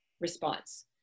response